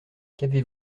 qu’avez